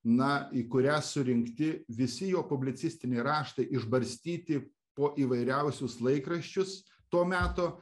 na į kurią surinkti visi jo publicistiniai raštai išbarstyti po įvairiausius laikraščius to meto